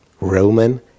Roman